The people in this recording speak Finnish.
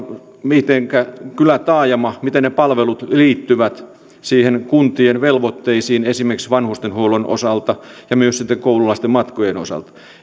mitenkä ne kylätaajaman palvelut liittyvät kuntien velvoitteisiin esimerkiksi vanhustenhuollon osalta ja myös koululaisten matkojen osalta